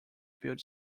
build